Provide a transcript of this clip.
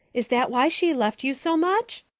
is that why she left you so much?